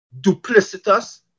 duplicitous